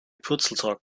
purzeltag